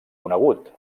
conegut